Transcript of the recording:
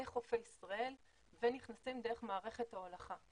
לחופי ישראל ונכנסים דרך מערכת ההולכה.